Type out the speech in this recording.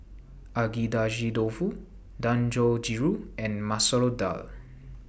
Agedashi Dofu Dangojiru and Masoor Dal